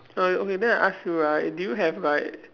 oh okay then I ask you right do you have like